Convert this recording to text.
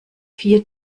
vier